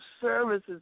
services